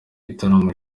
gitaramo